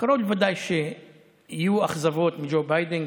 קרוב לוודאי שיהיו אכזבות מג'ו ביידן,